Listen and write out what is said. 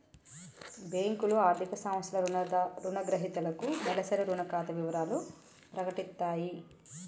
బ్యేంకులు, ఆర్థిక సంస్థలు రుణగ్రహీతలకు నెలవారీ రుణ ఖాతా వివరాలను ప్రకటిత్తయి